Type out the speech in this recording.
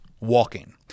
walking